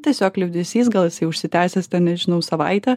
tiesiog liūdesys gal jisai užsitęsęs ten nežinau savaitę